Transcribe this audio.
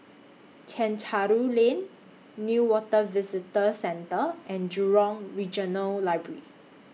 Chencharu Lane Newater Visitor Centre and Jurong Regional Library